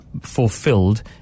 fulfilled